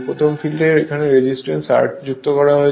প্রথম ফিল্ডে এখানে রেজিস্ট্যান্স R যুক্ত করা হয়েছে